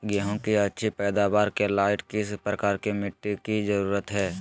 गेंहू की अच्छी पैदाबार के लाइट किस प्रकार की मिटटी की जरुरत है?